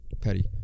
petty